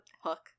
Hook